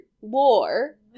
war